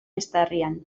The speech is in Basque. eztarrian